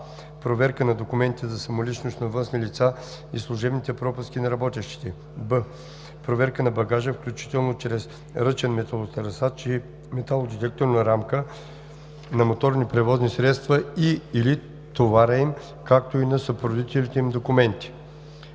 проверка на документите за самоличност на външни лица и служебните пропуски на работещите; б) проверка на багажа, включително чрез ръчен металотърсач и металдетекторна рамка, на моторните превозни средства и/или товара им, както и на съпроводителните им документи;